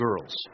girls